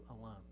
alone